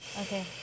Okay